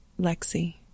Lexi